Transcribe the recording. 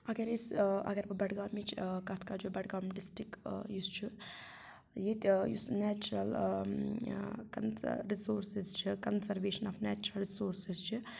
اگر أسۍ اگر بہٕ بڈگامٕچ کتھ کرو بَڈگام ڈِسٹِرٛک یُس چھُ ییٚتہِ یُس نیچرل یا کنزر رِسورسٕز چھِ کَنزرویشن آف نیچرل رِسورسِز چھِ